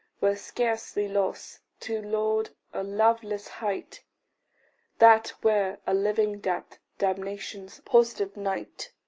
were scarcely loss to lord a loveless height that were a living death, damnation's positive night.